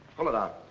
pull it out.